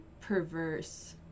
perverse